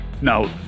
Now